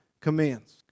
commands